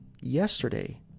yesterday